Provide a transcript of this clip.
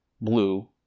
blue